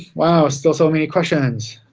wow, still so many questions.